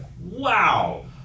wow